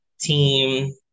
Team